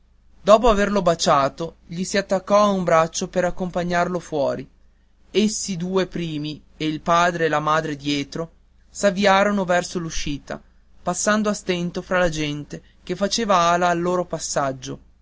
dopo averlo baciato gli si attaccò a un braccio per accompagnarlo fuori essi due primi e il padre e la madre dietro s'avviarono verso l'uscita passando a stento fra la gente che faceva ala al loro passaggio